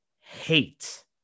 hate